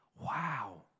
Wow